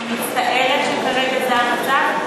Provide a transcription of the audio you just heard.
אני מצטערת שכרגע זה המצב,